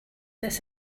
this